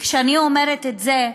וכשאני אומרת את זה,